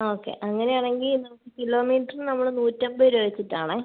okay അങ്ങനെ ആണെങ്കിൽ നമുക്ക് കിലോമീറ്ററ് നമ്മള് നൂറ്റമ്പത് രൂപ വെച്ചിട്ടാണേ